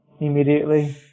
immediately